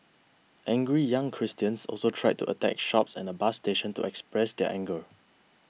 angry young Christians also tried to attack shops and a bus station to express their anger